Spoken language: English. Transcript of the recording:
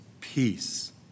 Peace